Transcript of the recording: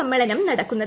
സമ്മേളനം നടക്കുന്നത്